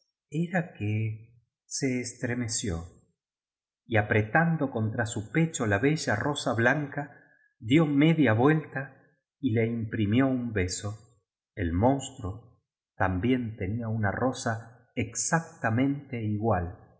era que se estremeció y apretando contra su pecho lá bella rosa blanca dio media vuelta y la imprimió un beso el monstruo también tenía una rosa exactamente igual